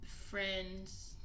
friends